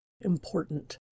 important